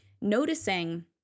Noticing